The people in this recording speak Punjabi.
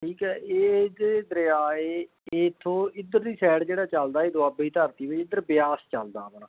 ਠੀਕ ਹੈ ਇਹ ਇੱਕ ਦਰਿਆ ਹੈ ਇਹ ਇੱਥੋਂ ਇੱਧਰਲੀ ਸਾਈਡ ਜਿਹੜਾ ਚੱਲਦਾ ਹੈ ਦੁਆਬੇ ਦੀ ਧਰਤੀ ਵਿੱਚ ਇੱਧਰ ਬਿਆਸ ਚੱਲਦਾ ਆਪਣਾ